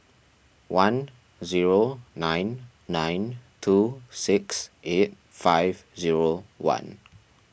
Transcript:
one zero nine nine two six eight five zero one